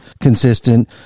consistent